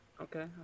Okay